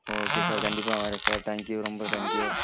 okay sir கண்டிப்பாக வர்றேன் sir thank you ரொம்ப தேங்க் யூ